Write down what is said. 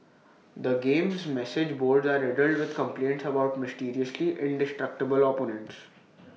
the game's message boards are riddled with complaints about mysteriously indestructible opponents